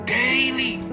daily